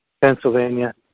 Pennsylvania